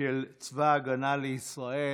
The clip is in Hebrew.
של צבא ההגנה לישראל,